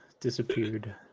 Disappeared